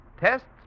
Tests